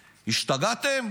השתגעתם?